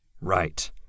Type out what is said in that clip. Right